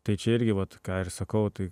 tai čia irgi vat ką ir sakau tai